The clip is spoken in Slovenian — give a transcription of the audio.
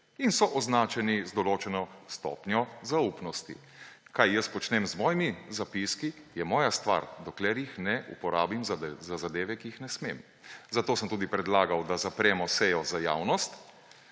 in so označeni z določeno stopnjo zaupnosti. Kaj jaz počnem z mojimi zapiski, je moja stvar, dokler jih ne uporabim za zadeve, za katere jih ne smem. Zato sem tudi predlagal, da zapremo sejo za javnost,